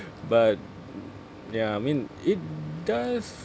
but ya I mean it does